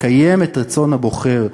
לקיים את רצון הבוחר,